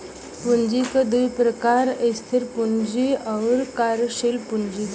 पूँजी क दू प्रकार स्थिर पूँजी आउर कार्यशील पूँजी